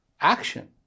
action